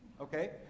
Okay